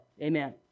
Amen